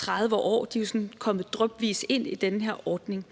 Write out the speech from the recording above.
De er jo kommet sådan drypvis ind i den her ordning.